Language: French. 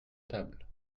table